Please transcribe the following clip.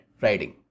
riding